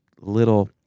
little